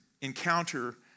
encounter